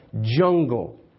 jungle